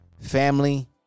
family